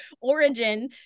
origin